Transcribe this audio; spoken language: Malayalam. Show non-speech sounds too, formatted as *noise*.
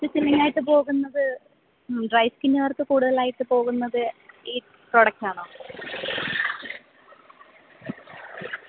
ഇത് *unintelligible* പോകുന്നത് ഡ്രൈ സ്കിന്നുകാർക്ക് കൂടുതലായിട്ട് പോകുന്നത് ഈ പ്രോഡക്റ്റാണോ